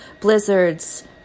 blizzards